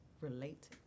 relate